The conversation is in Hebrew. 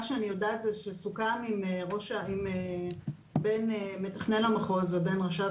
אני יודעת שסוכם בין מתכנן המחוז ובין ראשת